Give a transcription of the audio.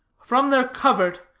from their covert,